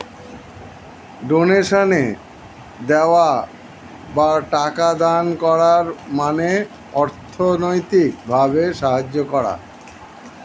ডোনেশনে দেওয়া বা টাকা দান করার মানে অর্থনৈতিক ভাবে সাহায্য করা